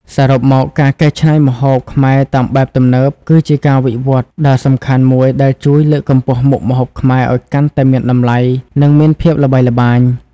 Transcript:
សរុបមក ការកែច្នៃម្ហូបខ្មែរតាមបែបទំនើប គឺជាការវិវត្តដ៏សំខាន់មួយដែលជួយលើកកម្ពស់មុខម្ហូបខ្មែរឲ្យកាន់តែមានតម្លៃ និងមានភាពល្បីល្បាញ។